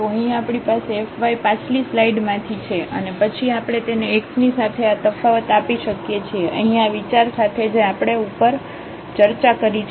તો અહીં આપણી પાસે fy પાછલી સ્લાઈડ માંથી છે અને પછી આપણે તેને x ની સાથે આ તફાવત આપી શકીએ છીએ અહીં આ વિચાર સાથે જે આપણે ઉપર ઉપર ચર્ચા કરી છે